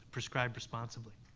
prescribe responsibly.